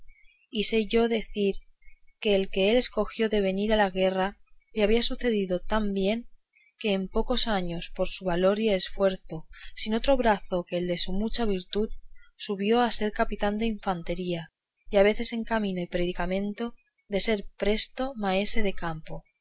sé yo decir que el que él escogió de venir a la guerra le había sucedido tan bien que en pocos años por su valor y esfuerzo sin otro brazo que el de su mucha virtud subió a ser capitán de infantería y a verse en camino y predicamento de ser presto maestre de campo